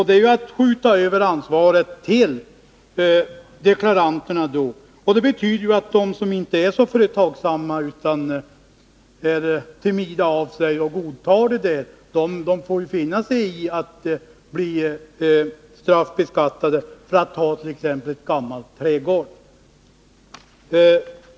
Det är att skjuta över ansvaret till deklaranterna, och det betyder att de som inte är så företagsamma utan är timida av sig och godtar taxeringen får finna sig i att bli straffbeskattade för att de har t.ex. ett gammalt trägolv.